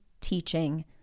teaching